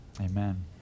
Amen